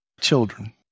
children